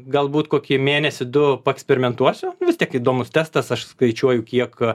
galbūt kokį mėnesį du paeksperimentuosiu vis tiek įdomus testas aš skaičiuoju kiek